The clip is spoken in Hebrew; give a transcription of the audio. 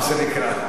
מה שנקרא.